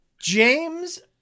James